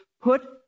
put